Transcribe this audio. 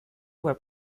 web